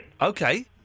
Okay